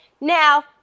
Now